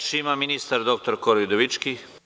Reč ima ministar, dr Kori Udovički.